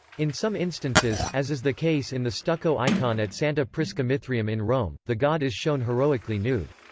in some instances, as is the case in the stucco icon at santa prisca mithraeum in rome, the god is shown heroically nude.